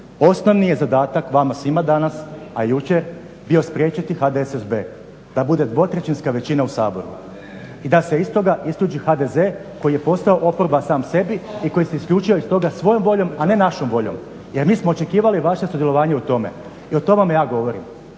Osnovni je zadatak vama svima danas, a i jučer bio spriječiti HDSBB da bude dvotrećinska većina u Saboru i da se iz toga isključi HDZ koji je postao oporba sam sebi i koji se isključio iz toga svojom voljom, a ne vašom voljom. Jer mi smo očekivali vaše sudjelovanje u tome i o tome vam ja govorim.